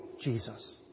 Jesus